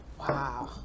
wow